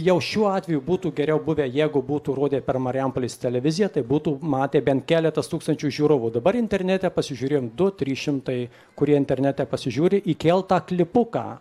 jau šiuo atveju būtų geriau buvę jeigu būtų rodę per marijampolės televiziją tai būtų matę bent keletas tūkstančių žiūrovų dabar internete pasižiūrėjo du trys šimtai kurie internete pasižiūri įkeltą klipuką